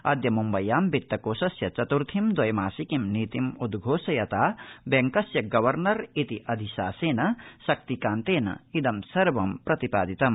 अद्य मुम्बय्यां वित्तकोषस्य चतुर्थी द्वप्रिसिकीं नीतिम् उद्वोषयता बैकस्य गवर्नर इति अधिशासिना शक्तिकान्तेन इद सर्व प्रतिपादितम्